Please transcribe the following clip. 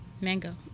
Mango